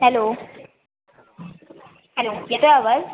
hello hello येतो आहे आवाज